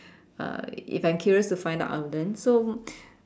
uh if I'm curious to find out I'll learn so